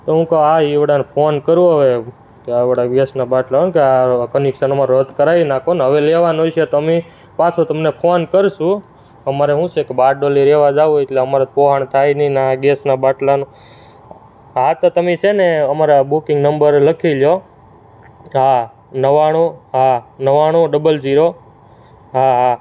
તો હું કહું હા એવડાને ફોન કરું હવે કે આવડા ગેસના બાટલા હોય ને તે આ કનિકસન અમારું રદ કરાવી નાખો અને હવે લેવાનો હશે તો અમે પાછો તમને ફોન કરીશું અમારે શું છે કે બારડોલી રહેવા જવું હોય એટલે અમારે પોહણ થાય નહીં અને આ ગેસના બાટલાનો હા તો તમે છે ને અમારા બુકિંગ નંબર લખી લો હા નવાણું હા નવાણું ડબલ જીરો હા હા